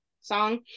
song